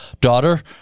daughter